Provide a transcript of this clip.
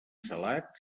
salat